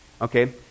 Okay